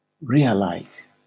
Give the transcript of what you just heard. realize